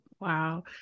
Wow